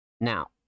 Now